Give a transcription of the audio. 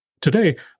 Today